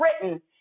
Britain